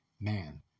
man